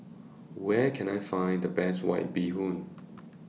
Where Can I Find The Best White Bee Hoon